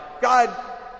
God